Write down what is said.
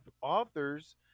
authors